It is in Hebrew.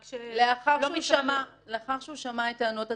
לאחר שהוא שמע את טענות הצדדים,